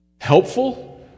Helpful